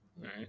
Right